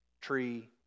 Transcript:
tree